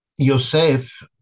Yosef